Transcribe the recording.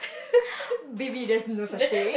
baby there's no such thing